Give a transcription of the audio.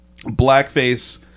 blackface